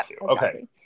Okay